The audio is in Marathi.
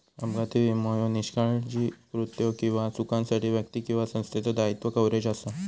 अपघाती विमो ह्यो निष्काळजी कृत्यो किंवा चुकांसाठी व्यक्ती किंवा संस्थेचो दायित्व कव्हरेज असा